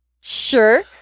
Sure